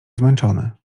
zmęczony